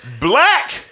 Black